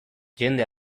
jende